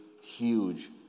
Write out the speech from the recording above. huge